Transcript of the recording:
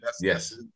Yes